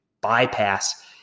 bypass